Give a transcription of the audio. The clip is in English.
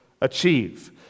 achieve